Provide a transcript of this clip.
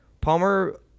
Palmer